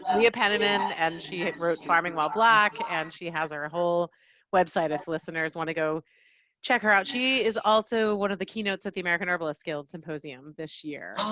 and penniman and she wrote farming while black, and she has her whole website if listeners want to go check her out. she is also one of the keynotes at the american herbalist guild symposium this year,